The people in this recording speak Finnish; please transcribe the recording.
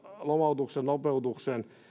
lomautuksen nopeutuksen